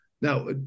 Now